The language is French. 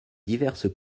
diverses